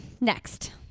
next